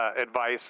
advice